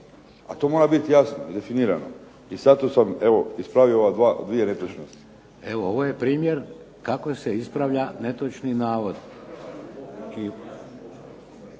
A to mora biti jasno i definirano. I zato sam evo ispravio ove 2 netočnosti. **Šeks, Vladimir (HDZ)** Evo ovo je primjer kako se ispravlja netočni navod.